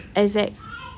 exact